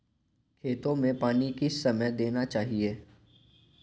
खेतों में पानी किस समय देना चाहिए?